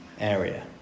area